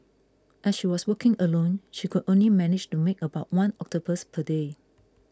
as she was working alone she could only manage to make about one octopus per day